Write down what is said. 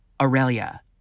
Aurelia